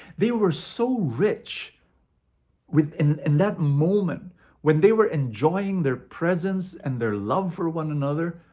they were so rich with in in that moment when they were enjoying their presence, and their love for one another.